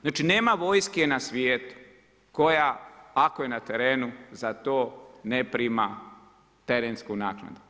Znači nema vojske na svijetu koja ako je na terenu za to ne prima terensku naknadu.